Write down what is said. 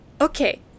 Okay